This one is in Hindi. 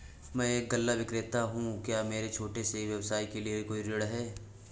मैं एक गल्ला विक्रेता हूँ क्या मेरे छोटे से व्यवसाय के लिए कोई ऋण है?